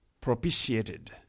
propitiated